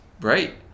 Right